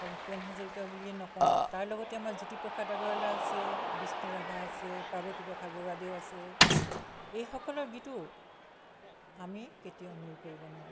অকল ভূপেন হাজৰিকা বুলিয়েই নকওঁ তাৰ লগতে আমাৰ জ্যোতিপ্ৰসাদ আগৰৱালা আছে বিষ্ণু ৰাভা আছে পাৰ্বতীপ্ৰসাদ বৰুৱাদেউ আছে এইসকলৰ গীতো আমি কেতিয়াও নুই কৰিব নোৱাৰোঁ